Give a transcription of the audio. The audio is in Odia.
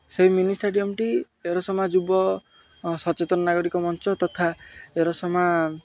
ସେହି ମିନିଷ୍ଟାଡ଼ିୟମ୍ଟି ଏରସମା ଯୁବ ସଚେତନ ନାଗରିକ ମଞ୍ଚ ତଥା ଏରସମା